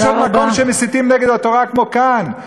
יש עוד מקום שמסיתים נגד התורה כמו כאן?